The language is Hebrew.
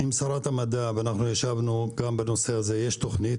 ישבתי עם שרת המדע גם בנושא הזה ואני יודע שיש תוכנית.